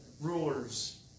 rulers